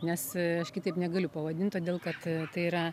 nes aš kitaip negaliu pavadint todėl kad tai yra